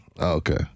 Okay